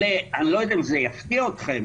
אני לא יודע אם זה יפתיע אתכם,